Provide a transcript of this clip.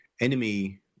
enemy